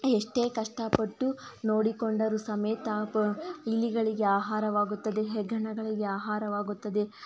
ಎಷ್ಟೇ ಕಷ್ಟಪಟ್ಟು ನೋಡಿಕೊಂಡರೂ ಸಮೇತ ಇಲಿಗಳಿಗೆ ಆಹಾರವಾಗುತ್ತದೆ ಹೆಗ್ಗಣಗಳಿಗೆ ಆಹಾರವಾಗುತ್ತದೆ